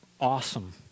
Awesome